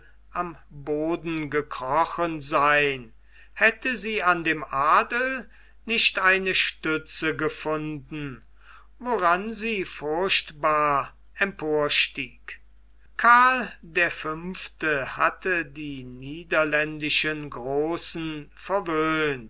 am boden gekrochen sein hätte sie an dem adel nicht eine stütze gefunden woran sie furchtbar emporstieg karl der fünfte hatte die niederländischen großen verwöhnt